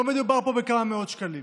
לא מדובר פה בכמה מאות שקלים,